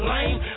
Lame